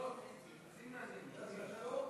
כבו טלפונים.